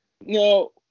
no